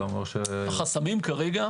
החסמים כרגע